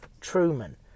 Truman